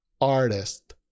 artist